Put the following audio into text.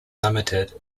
limited